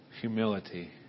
Humility